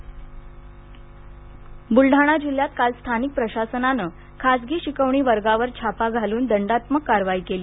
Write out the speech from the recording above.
कारवाई बूलडाणा जिल्ह्यात काल स्थानिक प्रशासनानंखाजगी शिकवणी वर्गावर छापा घालून दंडात्मक कारवाई केली